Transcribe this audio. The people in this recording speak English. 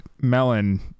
Melon